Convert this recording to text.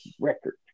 record